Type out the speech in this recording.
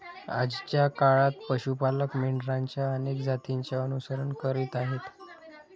आजच्या काळात पशु पालक मेंढरांच्या अनेक जातींचे अनुसरण करीत आहेत